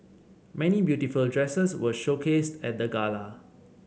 many beautiful dresses were showcased at the gala